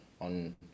on